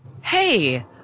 hey